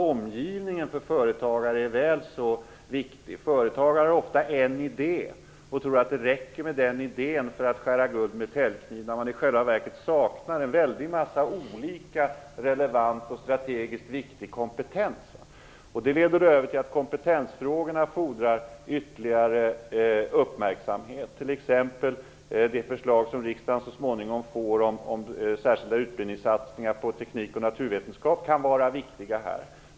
Omgivnigen för företagare är väl så viktig. Företagare har ofta en idé, och tror att det räcker med den idéen för att skära guld med täljkniv, när man i själva verket saknar en väldig massa olika relevant och strategiskt viktig kompetens. Det leder över till att kompetensfrågorna fordrar ytterligare uppmärksamhet. Det förslag som riksdagen så småningom får om särskilda utbildningssatsningar vad gäller teknik och naturvetenskap kan t.ex. vara viktig här.